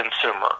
consumer